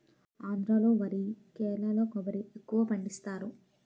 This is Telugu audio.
ఆంధ్రా లో వరి కేరళలో కొబ్బరి ఎక్కువపండిస్తారు